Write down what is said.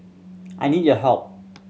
I need your help